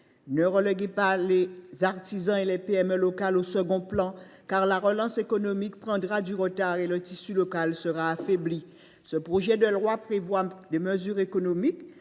Ne reléguez pas les artisans et les PME locales au second plan, car la relance économique prendrait du retard et le tissu local serait affaibli. Ce projet de loi contient aussi plusieurs mesures économiques